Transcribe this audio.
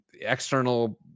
external